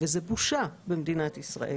זאת בושה במדינת ישראל.